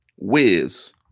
Wiz